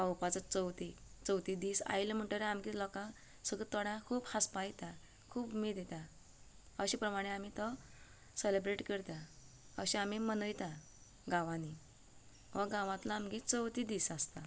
पावोवपाचो चवथीक चवथी दीस आयलो म्हणटगीर आमगेले लोकांक सगलो तोंडाक खूब हांसपाक येता खूब उमेद येता अशे प्रमाणें आमी तो सेलेब्रेट करतां अशें आमी मनयता गांवांनीं हो गांवांतलो आमगेलो चवथी दीस आसता